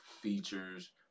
features